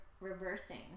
reversing